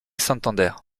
santander